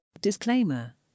Disclaimer